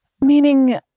Meaning